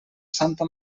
santa